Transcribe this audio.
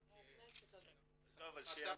אני אענה.